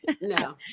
No